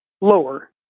lower